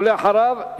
ואחריו,